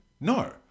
No